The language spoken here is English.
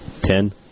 Ten